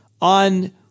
on